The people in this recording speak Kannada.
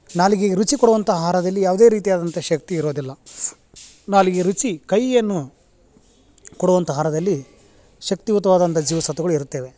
ನಾಲಿಗೆಗೆ ರುಚಿ ಕೊಡುವಂಥ ಆಹಾರದಲ್ಲಿ ಯಾವುದೇ ರೀತಿಯಾದಂಥ ಶಕ್ತಿ ಇರೋದಿಲ್ಲ ನಾಲಿಗೆ ರುಚಿ ಕಹಿಯನ್ನು ಕೊಡುವಂಥ ಆಹಾರದಲ್ಲಿ ಶಕ್ತಿಯುತವಾದಂಥ ಜೀವಸತ್ವಗಳು ಇರುತ್ತವೆ